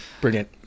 Brilliant